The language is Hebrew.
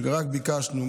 שרק ביקשנו,